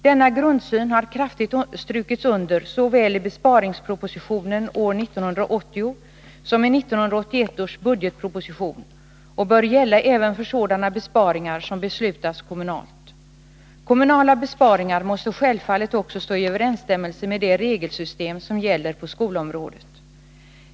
Denna grundsyn har kraftigt strukits under såväl i besparingspropositionen år 1980 som i 1981 års budgetproposition och bör gälla även för sådana besparingar som beslutats kommunalt. Kommunala besparingar måste självfallet också stå i överensstämmelse med det regelsystem som gäller på skolområdet.